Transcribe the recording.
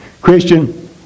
Christian